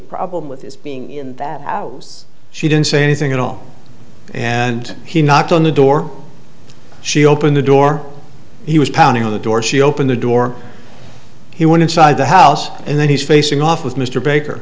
problem with his being in that house she didn't say anything at all and he knocked on the door she opened the door he was pounding on the door she opened the door he went inside the house and then he's facing off with mr baker